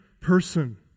person